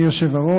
השר,